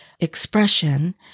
expression